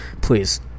Please